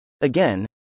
again